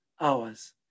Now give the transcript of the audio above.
hours